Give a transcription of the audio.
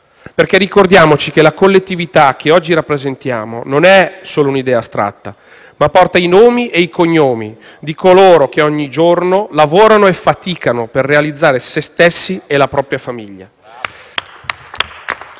infatti, che la collettività che oggi rappresentiamo non è solo un'idea astratta, ma porta i nomi e i cognomi di coloro che ogni giorno lavorano e faticano per realizzare se stessi e la propria famiglia.